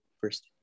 first